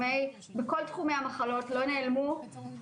אני זה לא חוכמה, אני באופוזיציה.